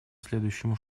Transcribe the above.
следующему